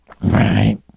right